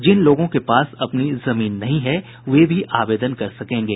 जिन लोगों के पास अपनी जमीन नहीं है वे भी आवेदन कर सकेंगे